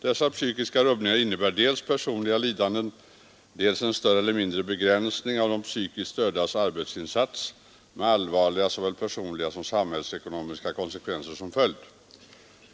Dessa psykiska rubbningar innebär dels personliga lidanden, dels en större eller mindre begränsning av de psykiskt stördas arbetsinsats med allvarliga såväl personliga som samhällsekonomiska konsekvenser som följd.